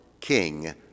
king